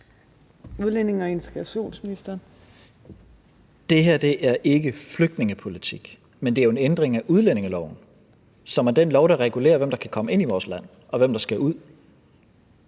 Udlændinge- og integrationsministeren (Mattias Tesfaye): Det her er ikke flygtningepolitik, men det er en ændring af udlændingeloven, som er den lov, som regulerer, hvem der kan komme ind i vores land, og hvem der skal ud.